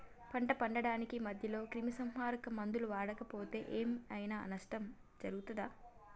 పంట పండించడానికి మధ్యలో క్రిమిసంహరక మందులు వాడకపోతే ఏం ఐనా నష్టం జరుగుతదా?